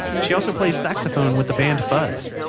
she also plays saxophone with the band fuzzz.